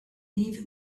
leave